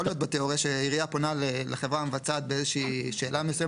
יכול להיות בתיאוריה שהעירייה פונה לחברת המבצעת באיזושהי שאלה מסוימת,